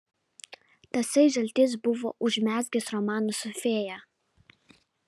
tasai žaltys buvo užmezgęs romaną su fėja